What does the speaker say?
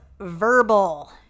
verbal